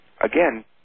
again